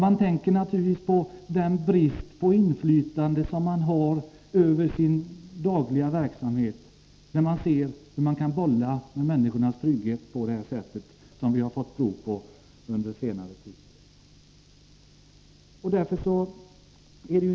Man tänker naturligtvis på den brist på inflytande man har över sin dagliga verksamhet, där man ser hur det bollas med människornas trygghet på det sätt som vi har fått prov på under senare tid.